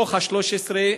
מתוך ה-13,